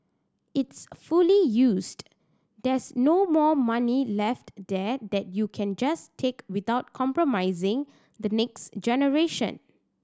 it's fully used there's no more money left there that you can just take without compromising the next generation